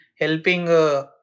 helping